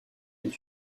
est